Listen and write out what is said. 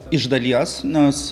iš dalies nes